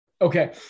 Okay